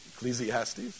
Ecclesiastes